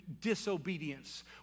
disobedience